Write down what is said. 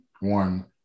one